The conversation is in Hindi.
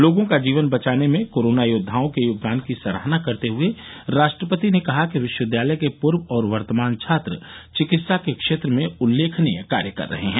लोगों का जीवन बचाने में कोरोना योद्वाओं के योगदान की सराहना करते हए राष्ट्रपति ने कहा कि विश्वविद्यालय के पूर्व और वर्तमान छात्र चिकित्सा के क्षेत्र में उल्लेखनीय कार्य कर रहे हैं